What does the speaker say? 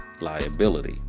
liability